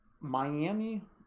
Miami